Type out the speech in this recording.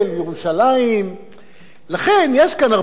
לכן יש כאן הרבה היתממות, ולא בהכרח אינטגריטי.